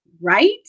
Right